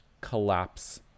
collapse